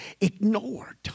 ignored